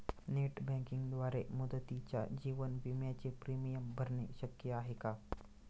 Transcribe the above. Net बँकिंगद्वारे मुदतीच्या जीवन विम्याचे प्रीमियम भरणे शक्य आहे का?